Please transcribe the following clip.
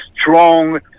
strong